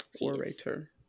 Orator